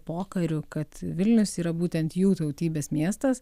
pokariu kad vilnius yra būtent jų tautybės miestas